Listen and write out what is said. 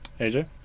AJ